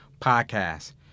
podcast